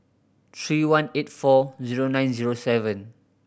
three one eight four zero nine zero seven